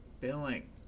Billing